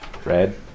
Red